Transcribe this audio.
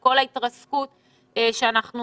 כל ההתרסקות שאנחנו